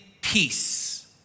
peace